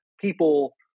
people